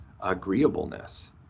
agreeableness